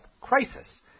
crisis